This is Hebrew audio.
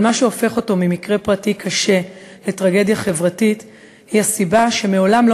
אבל מה שהופך אותו ממקרה פרטי קשה לטרגדיה חברתית הוא שמעולם לא